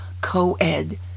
co-ed